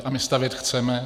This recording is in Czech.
A my stavět chceme.